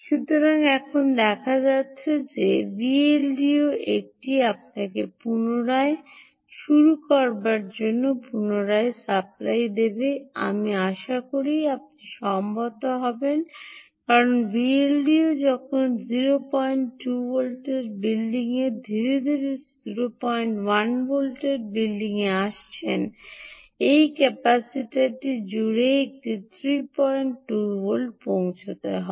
সুতরাং এখন দেখা যাচ্ছে যে Vldo হল এটিই আপনাকে পুনরায় শুরু করার জন্য পুনরায় সাপ্লাই দেবে আমি আশা করি আপনি সম্মত হবেন কারণ Vldo এখনও ০২ ভোল্টের বিল্ডিংয়ে ধীরে ধীরে 01 ভোল্টের বিল্ডিংয়ে আসছেন এই ক্যাপাসিটরটি জুড়ে এটি 32 ভোল্টে পৌঁছতে হবে